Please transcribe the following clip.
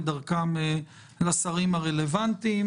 ודרכם לשרים הרלוונטיים.